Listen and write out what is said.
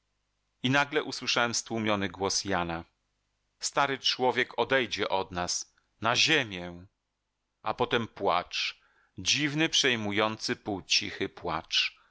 i nagle usłyszałem stłumiony głos jana stary człowiek odejdzie od nas na ziemię a potem płacz dziwny przejmujący półcichy płacz